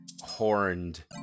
horned